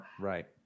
Right